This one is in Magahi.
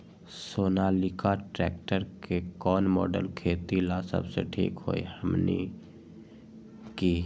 सोनालिका ट्रेक्टर के कौन मॉडल खेती ला सबसे ठीक होई हमने की?